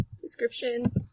Description